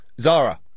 Zara